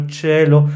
cielo